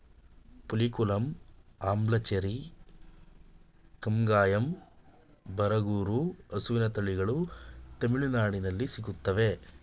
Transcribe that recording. ಪುಲಿಕುಲಂ, ಅಂಬ್ಲಚೇರಿ, ಕಂಗಾಯಂ, ಬರಗೂರು ಹಸುವಿನ ತಳಿಗಳು ತಮಿಳುನಾಡಲ್ಲಿ ಸಿಗುತ್ತವೆ